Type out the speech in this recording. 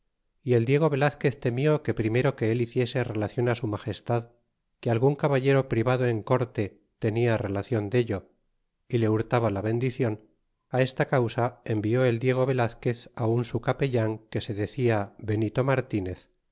y el diego velazquez temió que primero que él hiciese relacion su magestad que algun caballero privado en corte tenia relacion dello y le hurtaba la bendicion esta causa envió el diego velazquez á un su capellan que se decia benito martinez